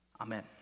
Amen